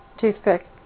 toothpick